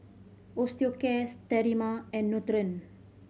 Osteocare Sterimar and Nutren